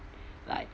like